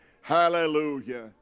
hallelujah